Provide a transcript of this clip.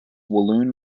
walloon